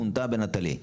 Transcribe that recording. פונתה ב"נטלי".